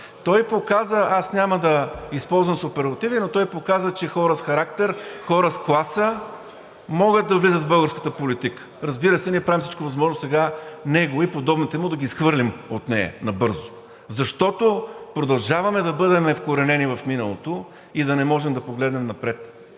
фигури. Аз няма да използвам суперлативи, но той показа, че хора с характер, хора с класа могат да влизат в българската политика. Разбира се, ние правим всичко възможно сега него и подобните му да ги изхвърлим от нея набързо, защото продължаваме да бъдем вкоренени в миналото и да не можем да погледнем напред